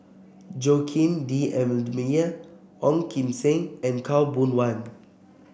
Joaquim D'Almeida Ong Kim Seng and Khaw Boon Wan